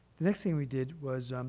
the next thing we did was